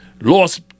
lost